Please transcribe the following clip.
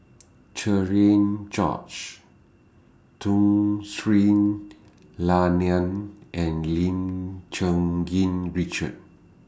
Cherian George Tun Sri Lanang and Lim Cherng Yih Richard